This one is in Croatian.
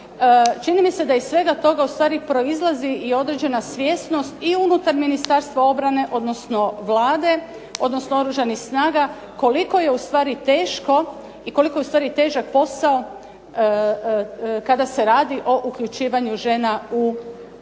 Čini mi se da iz svega toga ustvari proizlazi i određena svjesnost i unutar Ministarstva obrane, odnosno Vlade odnosno Oružanih snaga koliko je ustvari teško i koliko je ustvari težak posao kada se radi o uključivanju žena u sustav